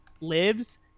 lives